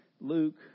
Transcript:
Luke